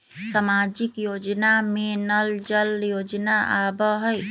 सामाजिक योजना में नल जल योजना आवहई?